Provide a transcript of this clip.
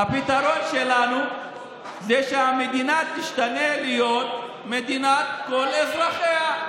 הפתרון שלנו זה שהמדינה תשתנה להיות מדינת כל אזרחיה,